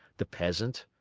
the peasant,